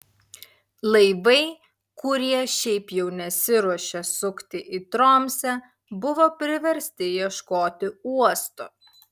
laivai kurie šiaip jau nesiruošė sukti į tromsę buvo priversti ieškoti uosto